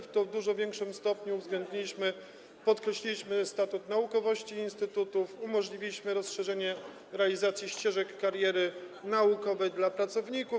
W dużo większym stopniu uwzględniliśmy, podkreśliliśmy status naukowości instytutów i umożliwiliśmy rozszerzenie realizacji ścieżek kariery naukowej dla pracowników.